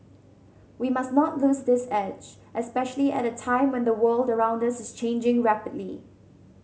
we must not lose this edge especially at a time when the world around us is changing rapidly